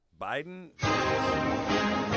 Biden